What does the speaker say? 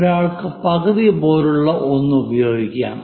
ഒരാൾക്ക് പകുതി പോലുള്ള ഒന്ന് ഉപയോഗിക്കാം